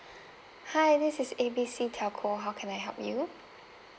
hi this is A B C telco how can I help you